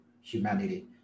humanity